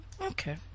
Okay